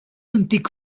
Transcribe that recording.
antic